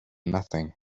nothing